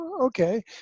Okay